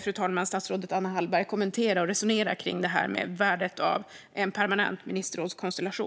fru talman, be statsrådet Anna Hallberg att kommentera och resonera kring värdet av en permanent ministerrådskonstellation.